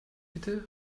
bitte